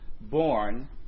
born